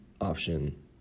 option